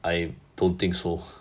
I don't think so